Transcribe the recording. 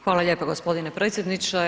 Hvala lijepo gospodine predsjedniče.